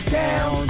down